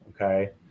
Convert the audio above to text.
okay